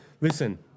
Listen